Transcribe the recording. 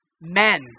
men